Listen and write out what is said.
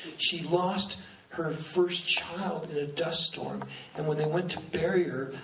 she lost her first child in a dust storm and when they went to bury her,